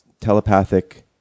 telepathic